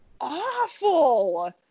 awful